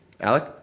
Alec